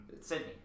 Sydney